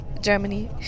germany